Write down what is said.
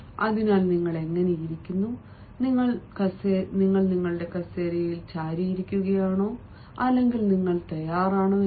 അതിനാൽ നിങ്ങൾ എങ്ങനെ ഇരിക്കുന്നു നിങ്ങളുടെ കസേരയിൽ ചാരിയിരിക്കുകയാണോ അല്ലെങ്കിൽ നിങ്ങൾ തയ്യാറാണോ എന്ന്